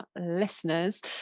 listeners